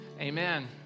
Amen